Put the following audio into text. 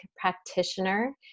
practitioner